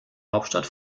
hauptstadt